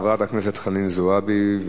חברת הכנסת חנין זועבי,